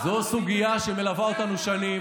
זו סוגיה שמלווה אותנו שנים.